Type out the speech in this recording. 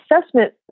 assessment